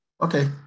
Okay